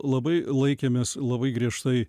labai laikėmės labai griežtai